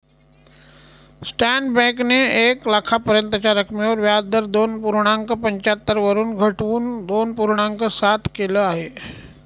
state बँकेने एक लाखापर्यंतच्या रकमेवर व्याजदर दोन पूर्णांक पंच्याहत्तर वरून घटवून दोन पूर्णांक सात केल आहे